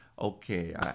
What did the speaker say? okay